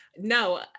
no